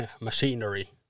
machinery